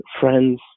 friends